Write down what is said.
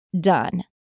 done